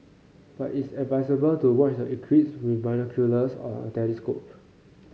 but it's advisable to watch the eclipse with binoculars or a telescope